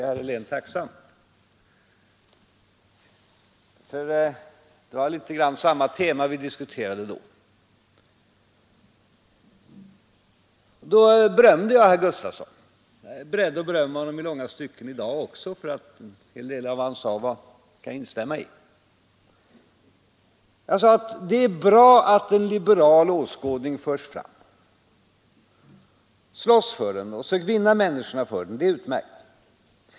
Jag är herr Helen tacksam för hans hänvisning, för det var något av samma tema vi då diskuterade. Jag berömde under den debatten herr Gustafson, och jag är beredd att berömma honom i långa stycken i dag också, för en del av vad han sade kan jag instämma i. Och 1969 sade jag: ”Det är bra att en liberal åskådning förs fram. Slåss för den och sök vinna människorna för den! Detta är utmärkt.